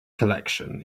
collection